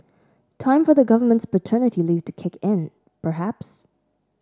time for the government's paternity leave to kick in perhaps